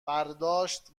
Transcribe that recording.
برداشت